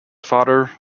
father